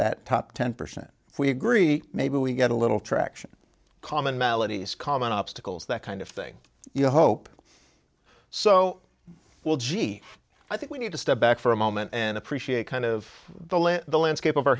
that top ten percent if we agree maybe we get a little traction commonalities common obstacles that kind of thing you hope so well gee i think we need to step back for a moment and appreciate kind of the land the landscape of our